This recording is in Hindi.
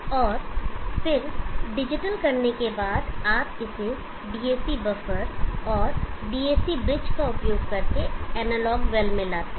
और फिर डिजिटल करने के बाद आप इसे DAC बफर और DAC ब्रिज का उपयोग करके एनालॉग वेल में लाते हैं